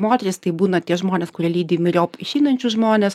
moterys tai būna tie žmonės kurie lydi myriop išeinančius žmones